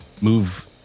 move